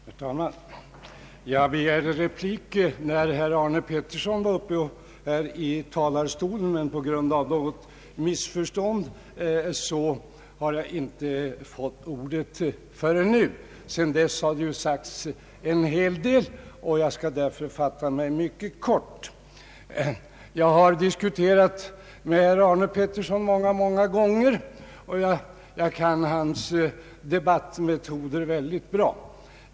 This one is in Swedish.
Herr talman! Jag begärde replik när herr Arne Pettersson var uppe i talarstolen, men på grund av något missförstånd har jag inte fått ordet förrän nu. Sedan dess har det sagts en hel del i debatten, och jag skall därför fatta mig mycket kort. Jag har diskuterat med herr Pettersson många gånger, så jag är mycket väl förtrogen med hans debattmetoder.